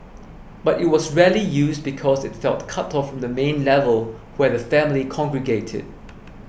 but it was rarely used because it felt cut off from the main level where the family congregated